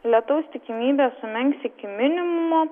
lietaus tikimybė sumenks iki minimumo